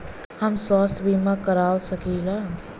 हम स्वास्थ्य बीमा करवा सकी ला?